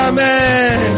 Amen